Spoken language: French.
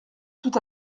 tout